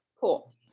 cool